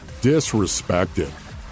disrespected